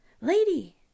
lady